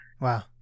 Wow